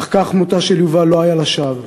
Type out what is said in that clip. אך כך מותה של יובל לא היה לשווא.